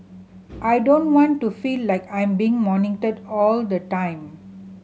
I don't want to feel like I'm being monitored all the time